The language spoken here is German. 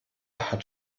hat